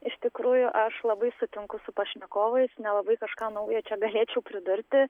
iš tikrųjų aš labai sutinku su pašnekovais nelabai kažką naujo čia galėčiau pridurti